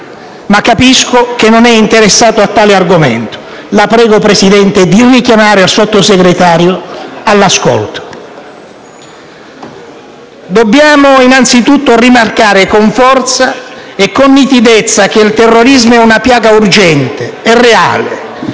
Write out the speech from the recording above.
Ma capisco che non è interessato a tale argomento. La prego, signor Presidente, di richiamare il Sottosegretario Cassano all'ascolto. Dobbiamo, innanzitutto, rimarcare con forza e con nitidezza che il terrorismo è una piaga urgente e reale,